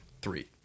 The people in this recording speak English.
three